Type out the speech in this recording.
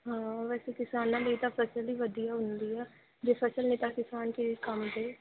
ਹਾਂ ਵੈਸੇ ਕਿਸਾਨਾਂ ਲਈ ਤਾਂ ਫਸਲ ਹੀ ਵਧੀਆ ਹੁੰਦੀ ਆ ਜੇ ਫਸਲ ਨਹੀਂ ਤਾਂ ਕਿਸਾਨ ਕਿਸ ਕੰਮ ਦੇ